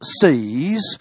sees